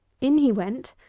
in he went,